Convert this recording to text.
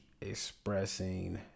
expressing